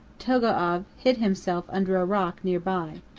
togo'av hid himself under a rock near by.